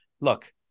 look